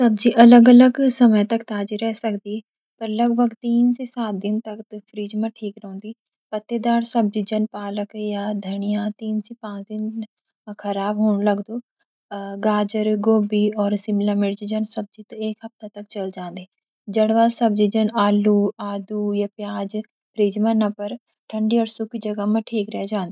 सब्ज़ी अलग-अलग समय तक ताज़ी रह सकदी, पर लगभग तीन सी सात दिन तक फ़्रिज मा ठीक रौंदी । पत्तेदार सब्ज़ी जन पालक या धनिया तीन सी पांच दिन मा खराब होन लगदु । गाजर, गोभी, और शिमला मिर्च जन सब्जी त एक हफ़्ता तक चल जांदी। जड़ वाली सब्ज़ियाँ जन आलू, आदु, या प्याज फ़्रिज मा ना पर, ठंडी और सूखी जगह मां ठीक रह जान्दी।